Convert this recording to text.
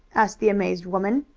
asked the amazed woman.